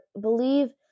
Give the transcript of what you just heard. believe